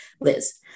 Liz